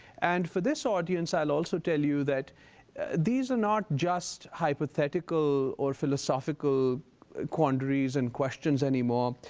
and for this audience i'll also tell you that these are not just hypothetical or philosophical quandaries and questions anymore.